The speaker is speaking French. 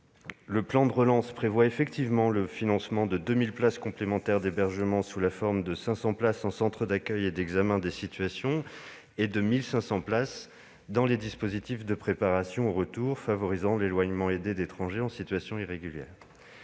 Le plan de relance prévoit effectivement le financement de 2 000 places complémentaires d'hébergement sous la forme de 500 places en centres d'accueil et d'examen des situations et de 1 500 places dans les dispositifs de préparation au retour favorisant l'éloignement aidé d'étrangers en situation irrégulière.